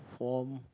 form